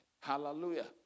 Hallelujah